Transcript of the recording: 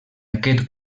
aquest